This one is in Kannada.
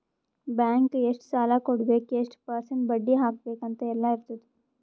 ಬ್ಯಾಂಕ್ ಎಷ್ಟ ಸಾಲಾ ಕೊಡ್ಬೇಕ್ ಎಷ್ಟ ಪರ್ಸೆಂಟ್ ಬಡ್ಡಿ ಹಾಕ್ಬೇಕ್ ಅಂತ್ ಎಲ್ಲಾ ಇರ್ತುದ್